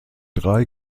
drei